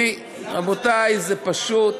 למה צריך חוק לזה?